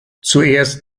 zuerst